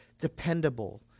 dependable